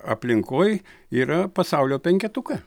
aplinkoj yra pasaulio penketuke